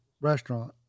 restaurant